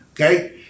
okay